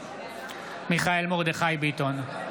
מיכאל מרדכי ביטון,